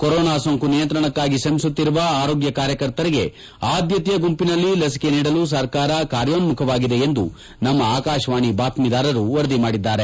corona ಸೋಂಕು ನಿಯಂತ್ರಣಕ್ಕಾಗಿ ಶ್ರಮಿಸುತ್ತಿರುವ ಆರೋಗ್ಯ ಕಾರ್ಯಕರ್ತರಿಗೆ ಆದ್ಯತೆಯ ಗುಂಪಿನಲ್ಲಿ ಲಸಿಕೆ ನೀಡಲು ಸರ್ಕಾರ ಕಾರ್ಯೋನ್ಮುಖವಾಗಿದೆ ಎಂದು ನಮ್ಮ ಆಕಾಶವಾಣಿ ಬಾತ್ಟೀದಾರರು ವರದಿ ಮಾಡಿದ್ದಾರೆ